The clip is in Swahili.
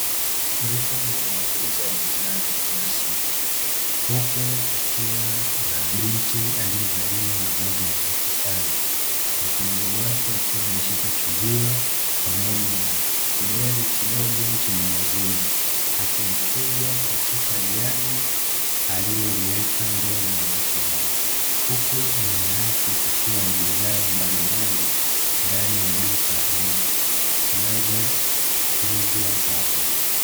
Duka linalouza bidhaa za kila siku huku kukiwa na binti aliyevalia mavazi nadhifu sana, mikononi mwake akiwa ameshika chujio pamoja na kideri kidogo chenye maziwa akiyachuja katika jagi aliloliweka mbele ya macho yake, huku nyuma yake kukiwa na bidhaa mbalimbali ndani ya duka hilo zinazouzwa hapo.